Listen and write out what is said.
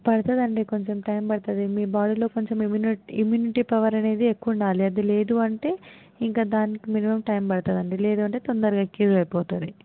పడుతుందండి కొంచెం టైం పడుతుందండి మీ బాడీలో కొంచెం ఇమ్యూనిటీ ఇమ్యూనిటీ పవర్ అనేది ఎక్కువ ఉండాలి అది లేదు అంటే ఇంకా దానికి మినిమం టైం పడుతుందండి లేదు అంటే తొందరగా క్యూర్ అయిపోతుంది